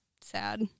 sad